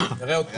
ננסה עוד פעם,